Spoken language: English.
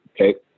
okay